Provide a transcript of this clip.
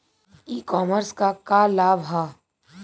ई कॉमर्स क का लाभ ह?